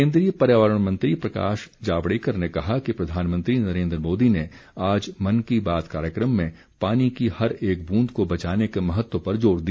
केन्द्रीय पर्यावरण मंत्री प्रकाश जावड़ेकर ने कहा है कि प्रधानमंत्री नरेन्द्र मोदी ने आज मन की बात कार्यक्रम में पानी की हर एक ब्रंद को बचाने के महत्व पर जोर दिया